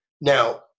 Now